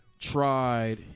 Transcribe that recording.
tried